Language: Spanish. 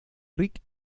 rick